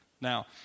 Now